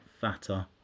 fatter